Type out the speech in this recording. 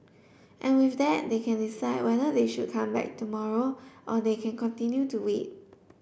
and with that they can decide whether they should come back tomorrow or they can continue to wait